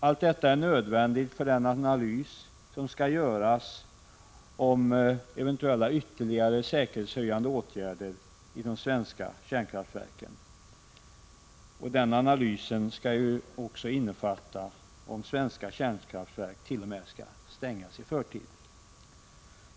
Allt detta är nödvändigt för den analys som skall göras om eventuella ytterligare säkerhetshöjande åtgärder i de svenska kärnkraftverken. Den analysen skall också omfatta frågan om svenska kärnkraftverk t.o.m. skall avstängas i förtid.